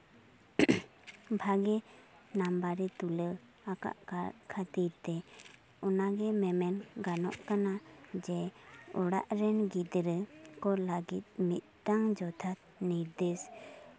ᱵᱷᱟᱜᱤ ᱱᱟᱢᱵᱟᱨᱮᱭ ᱛᱩᱞᱟᱹᱣ ᱟᱠᱟᱜᱼᱟ ᱠᱷᱟᱹᱛᱤᱨ ᱛᱮ ᱚᱱᱟᱜᱮ ᱢᱮᱢᱮᱱ ᱜᱟᱱᱚᱜ ᱠᱟᱱᱟ ᱡᱮ ᱚᱲᱟᱜ ᱨᱮᱱ ᱜᱤᱫᱽᱨᱟᱹ ᱠᱚ ᱞᱟᱹᱜᱤᱫ ᱢᱤᱫᱴᱟᱝ ᱡᱚᱛᱷᱟᱛ ᱱᱤᱨᱫᱮᱥ